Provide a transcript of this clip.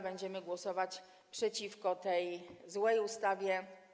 Będziemy głosować przeciwko tej złej ustawie.